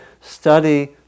study